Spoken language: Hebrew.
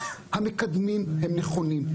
המקדמים הם נכונים.